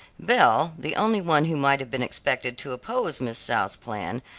belle, the only one who might have been expected to oppose miss south's plan,